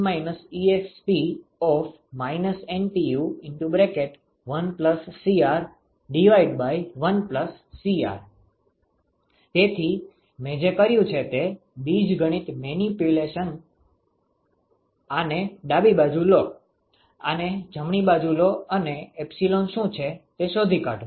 𝜀 1 exp⁡ NTU1Cr1Cr તેથી મેં જે કર્યું છે તે બીજગણિત મેનીપ્યુલેશન આને ડાબી બાજુ લો આને જમણી બાજુ લો અને એપ્સિલન શું છે તે શોધી કાઢો